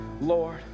Lord